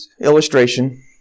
illustration